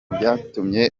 byatumye